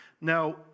Now